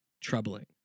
troubling